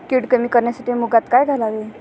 कीड कमी करण्यासाठी मुगात काय घालावे?